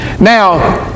Now